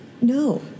No